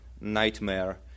nightmare